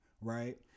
Right